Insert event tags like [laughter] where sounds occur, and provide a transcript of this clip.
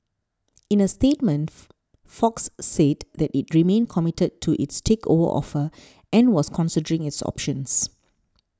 in a statement [noise] Fox said that it remained committed to its takeover offer and was considering its options